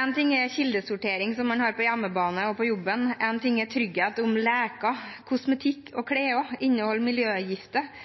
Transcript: En ting er kildesortering, som man har på hjemmebane og på jobben, en ting er trygghet for om leker, kosmetikk og klær inneholder miljøgifter –